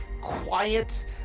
quiet